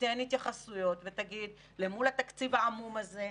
תיתן התייחסויות ותגיד: למול התקציב העמום הזה,